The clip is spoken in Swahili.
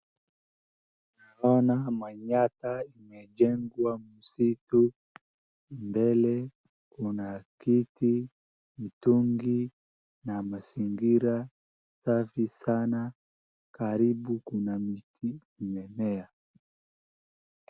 Naona manyata imejengwa msitu mbele kuna kiti, mtungi na mazingira safi sana karibu kuna misitu imemea.